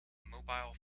mobile